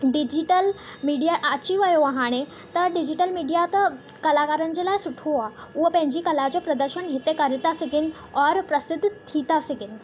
digital media अची वियो आहे हाणे त डिजिटल मीडीया त कलाकारनि जे लाइ सुठो आहे उहो पंहिंजी कला जो प्रदर्शन हिते करे था सघनि और प्रसिद्ध थी था सघनि